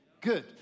Good